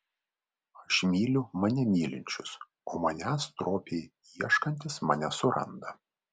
aš myliu mane mylinčius o manęs stropiai ieškantys mane suranda